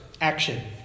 action